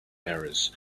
errors